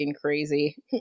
crazy